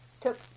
took